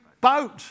boat